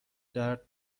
درد